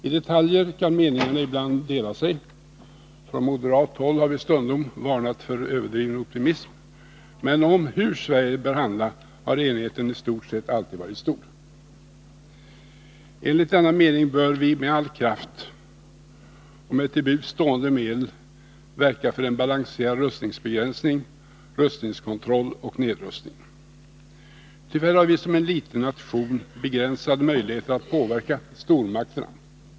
I detaljer kan meningarna ibland dela sig — från moderat håll har vi stundom varnat för överdriven optimism — men om hur Sverige bör handla har enigheteni stort sett alltid varit stor. Enligt denna eniga mening bör vi med all kraft och med till buds stående medel verka för en balanserad rustningsbegränsning, rustningskontroll och nedrustning. Tyvärr har vi som en liten nation begränsade möjligheter att påverka stormakterna.